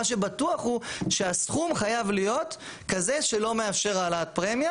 מה שבטוח הוא שהסכום חייב להיות כזה שלא מאפשר העלאת פרמיה